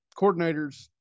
coordinators